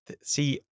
See